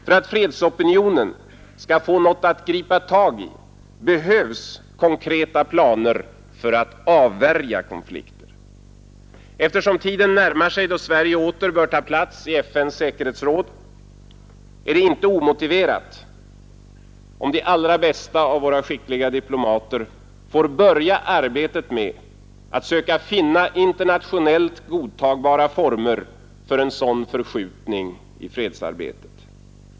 För att fredsopinionen skall få något att gripa tag i behövs konkreta planer för att avvärja konflikt. Eftersom tiden närmar sig då Sverige åter bör ta plats i FN:s säkerhetsråd är det inte omotiverat om de allra bästa av våra skickliga diplomater får börja arbetet med att söka finna internationellt godtagbara former för en sådan förskjutning i fredsarbetet.